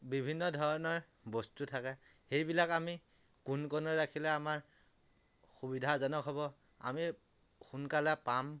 বিভিন্ন ধৰণৰ বস্তু থাকে সেইবিলাক আমি কোন কণত ৰাখিলে আমাৰ সুবিধাজনক হ'ব আমি সোনকালে পাম